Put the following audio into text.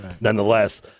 Nonetheless